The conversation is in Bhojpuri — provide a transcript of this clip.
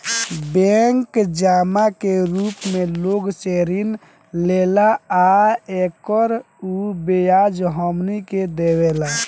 बैंक जमा के रूप मे लोग से ऋण लेला आ एकर उ ब्याज हमनी के देवेला